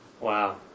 Wow